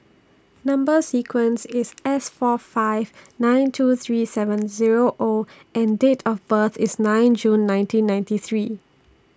Number sequence IS S four five nine two three seven Zero O and Date of birth IS nine June nineteen ninety three